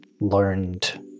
learned